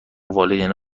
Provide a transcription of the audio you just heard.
والدین